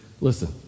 Listen